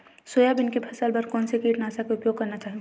Soybean के फसल बर कोन से कीटनाशक के उपयोग करना चाहि?